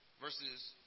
verses